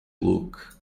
look